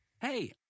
Hey